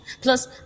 Plus